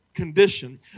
Condition